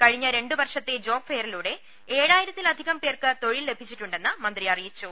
കഴിഞ്ഞ രണ്ടുവർഷത്തെ ജോബ് ഫെയറിലൂടെ ഏഴായിരത്തി ലധികം പേർക്ക് തൊഴിൽ ലഭിച്ചിട്ടുണ്ടെന്നും മന്ത്രി അറിയിച്ചു